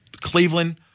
Cleveland